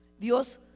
Dios